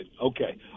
Okay